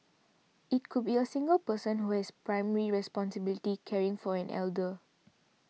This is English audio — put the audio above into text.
it could be a single person who has primary responsibility caring for an elder